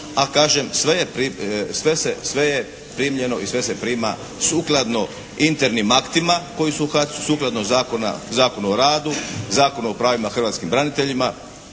A kažem, sve je primljeno i sve se prima sukladno internim aktima koji su HAC-u sukladno Zakonu o radu, Zakonu o pravima hrvatskih branitelja